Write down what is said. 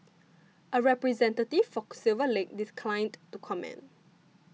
a representative for Silver Lake declined to comment